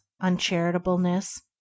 uncharitableness